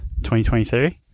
2023